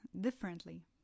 differently